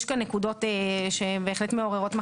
יש כאן נקודות שהן בהחלט מעוררות מחשבה.